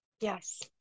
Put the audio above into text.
Yes